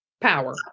power